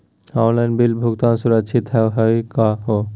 Online bill भुगतान सुरक्षित हई का हो?